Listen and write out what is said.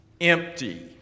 empty